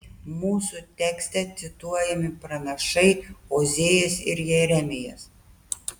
mūsų tekste cituojami pranašai ozėjas ir jeremijas